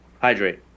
Hydrate